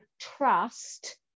trust